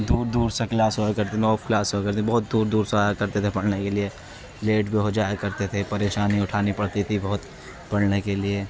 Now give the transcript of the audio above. دور دور سے کلاس ہوا کرتی آف کلاس ہوا کرتی بہت دور دور سے آیا کرتے تھے پڑھنے کے لیے لیٹ بھی ہو جایا کرتے تھے پریشانی اٹھانی پڑتی تھی بہت پڑھنے کے لیے